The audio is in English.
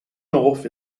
north